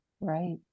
right